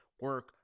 Work